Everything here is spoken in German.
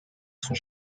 zur